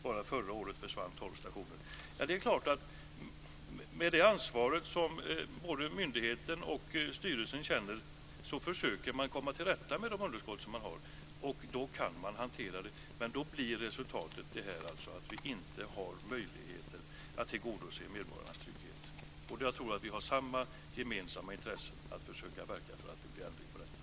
Bara förra året försvann 12 stationer. Med det ansvar som både myndigheten och styrelsen känner försöker man förstås komma till rätta med de underskott som man har. Då kan man hantera det, men då blir också resultatet detta. Vi har inte möjligheter att tillgodose medborgarnas trygghet. Jag tror att vi har samma gemensamma intresse av att försöka verka för att det blir ändring på detta.